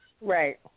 Right